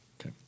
Okay